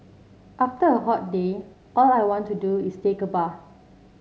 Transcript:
after a hot day all I want to do is take a bath